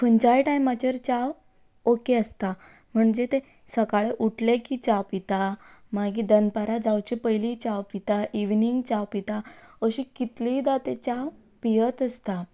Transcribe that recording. खंयच्याय टायमाचेर च्या ओके आसता म्हणजे ते सकाळी उठले की च्या पितात मागीर दनपारां जावचे पयली च्या पितात इवनिंग च्या पितात अशी कितले दा ते च्या पियत आसतात